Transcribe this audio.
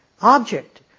object